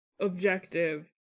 objective